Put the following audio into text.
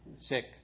sick